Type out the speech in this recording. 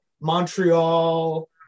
Montreal